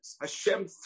Hashem